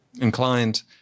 inclined